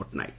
Patnaik